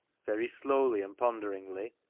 very slowly and ponderingly.